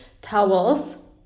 towels